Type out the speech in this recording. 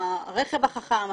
הרכב החכם,